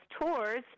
tours